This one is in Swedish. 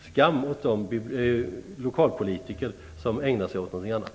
Skam åt de lokalpolitiker som ägnar sig åt någonting annat!